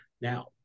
Now